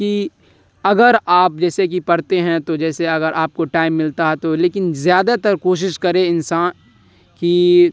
کہ اگر آپ جیسے کہ پڑھتے ہیں تو جیسے اگر آپ کو ٹائم ملتا ہے تو لیکن زیادہ تر کوشش کرے انسان کہ